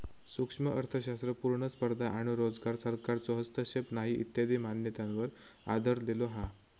सूक्ष्म अर्थशास्त्र पुर्ण स्पर्धा आणो रोजगार, सरकारचो हस्तक्षेप नाही इत्यादी मान्यतांवर आधरलेलो हा